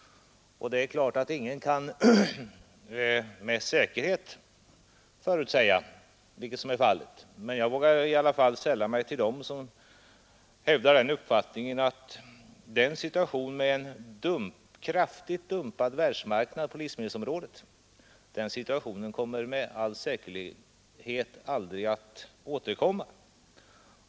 Det är klart att ingen kan med säkerhet förutsäga utvecklingen, men jag vågar i alla fall sälla mig till dem som hävdar uppfattningen att en kraftigt dumpad världsmarknad på livsmedelsområdet med all säkerhet är någonting som aldrig återkommer.